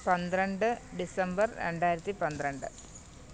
പന്ത്രണ്ട് ഡിസംബർ രണ്ടായിരത്തി പന്ത്രണ്ട്